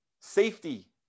safety